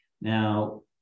Now